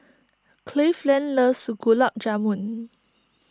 Cleveland loves Gulab Jamun